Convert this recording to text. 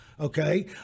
Okay